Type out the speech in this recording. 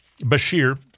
Bashir